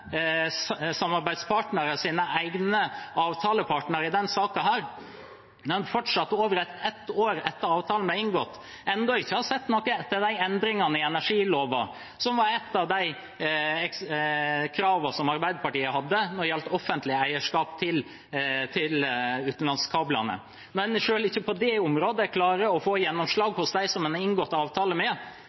egne samarbeidspartnere og sine egne avtalepartnere i denne saken, men fortsatt over ett år etter at avtalen ble inngått, har en ennå ikke sett noe til de endringene i energiloven, som var et av de kravene som Arbeiderpartiet hadde når det gjelder offentlig eierskap til utenlandskablene. Selv ikke på det området klarer en å få gjennomslag hos dem en har inngått avtale med,